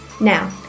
now